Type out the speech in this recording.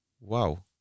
wow